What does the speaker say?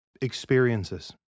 experiences